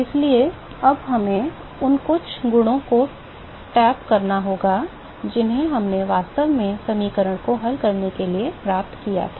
इसलिए अब हमें उन कुछ गुणों पर टैप करना होगा जिन्हें हमने वास्तव में समीकरण को हल किए बिना प्राप्त किया था